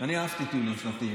אני אהבתי טיולים שנתיים.